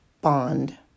bond